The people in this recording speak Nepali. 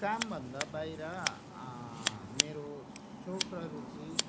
कामभन्दा बाहिर मेरो सोख र रुचि